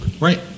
right